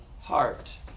heart